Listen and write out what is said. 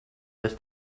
this